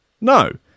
No